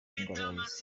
ingorabahizi